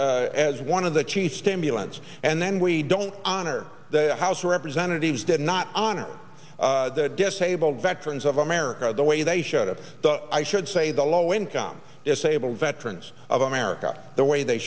as as one of the chief stimulants and then we don't honor the house of representatives did not honor the disabled veterans of america the way they showed up i should say the low income disabled veterans of america the way they